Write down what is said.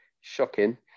shocking